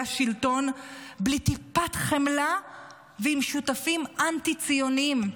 השלטון בלי טיפת חמלה ועם שותפים אנטי-ציוניים.